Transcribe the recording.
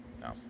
No